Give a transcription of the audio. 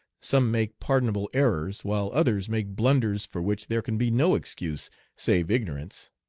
some make pardonable errors, while others make blunders for which there can be no excuse save ignorance.